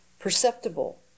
Perceptible